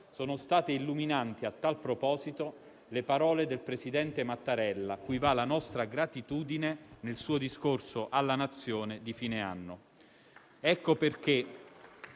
Sono state illuminanti, a tal proposito, le parole del presidente Mattarella, a cui va la nostra gratitudine, nel suo discorso alla Nazione di fine anno.